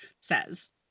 says